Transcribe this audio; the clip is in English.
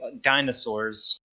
dinosaurs